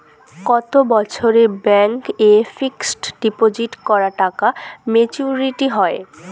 কত বছরে ব্যাংক এ ফিক্সড ডিপোজিট করা টাকা মেচুউরিটি হয়?